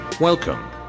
Welcome